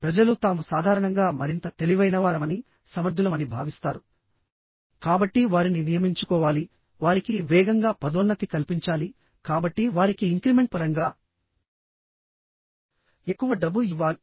ప్రజలు తాము సాధారణంగా మరింత తెలివైనవారమనిసమర్థులమని భావిస్తారుకాబట్టి వారిని నియమించుకోవాలి వారికి వేగంగా పదోన్నతి కల్పించాలికాబట్టి వారికి ఇంక్రిమెంట్ పరంగా ఎక్కువ డబ్బు ఇవ్వాలి